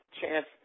chance